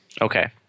Okay